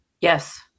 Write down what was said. yes